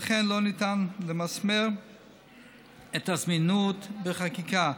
ולכן לא ניתן למסמר את הזמינות בחקיקה.